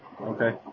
Okay